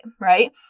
right